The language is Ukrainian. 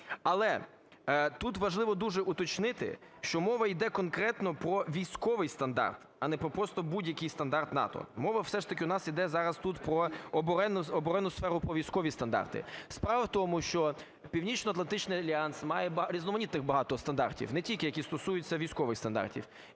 Але тут важливо дуже уточнити, що мова йде конкретно про військовий стандарт, а не про просто будь-який стандарт НАТО. Мова все ж таки у нас йде зараз тут про оборонну сферу, про військові стандарти. Справа в тому, що Північноатлантичний альянс має різноманітних багато стандартів, не тільки, які стосуються військових стандартів.